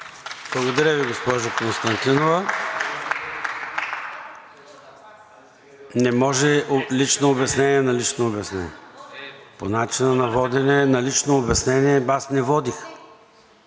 Благодаря Ви, госпожо Константинова. Не може лично обяснение на лично обяснение. По начина на водене на лично обяснение, аз не водих.